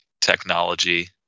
technology